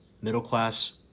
middle-class